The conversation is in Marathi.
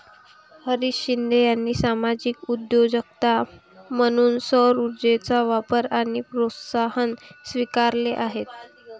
हरीश शिंदे यांनी सामाजिक उद्योजकता म्हणून सौरऊर्जेचा वापर आणि प्रोत्साहन स्वीकारले आहे